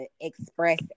express